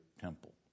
temple